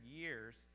years